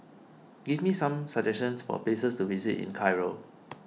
give me some suggestions for places to visit in Cairo